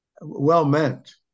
well-meant